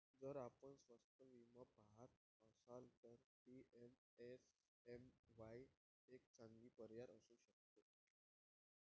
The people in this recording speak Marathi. जर आपण स्वस्त विमा पहात असाल तर पी.एम.एस.एम.वाई एक चांगला पर्याय असू शकतो